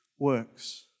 Works